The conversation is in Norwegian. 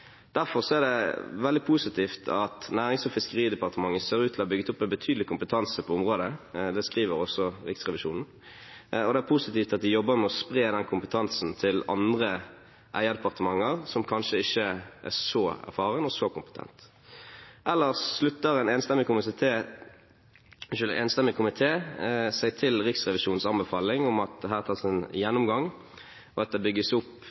Derfor er det veldig positivt at Nærings- og fiskeridepartementet ser ut til å ha bygget opp en betydelig kompetanse på området – det skriver også Riksrevisjonen – og det er positivt at de jobber med å spre den kompetansen til andre eierdepartementer, som kanskje ikke er så erfarne og så kompetente. Ellers slutter en enstemmig komité seg til Riksrevisjonens anbefaling om at det her tas en gjennomgang, og at det bygges opp